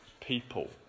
people